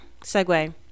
segue